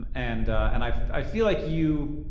um and and i i feel like you,